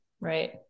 Right